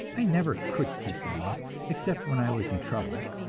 i never could keep them up except when i was in trouble.